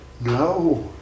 No